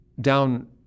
down